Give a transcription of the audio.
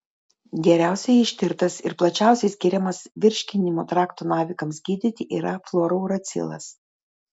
geriausiai ištirtas ir plačiausiai skiriamas virškinimo trakto navikams gydyti yra fluorouracilas